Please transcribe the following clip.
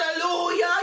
Hallelujah